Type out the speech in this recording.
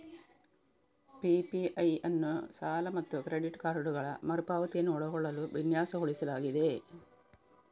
PPI ಅನ್ನು ಸಾಲ ಮತ್ತು ಕ್ರೆಡಿಟ್ ಕಾರ್ಡುಗಳ ಮರು ಪಾವತಿಯನ್ನು ಒಳಗೊಳ್ಳಲು ವಿನ್ಯಾಸಗೊಳಿಸಲಾಗಿದೆ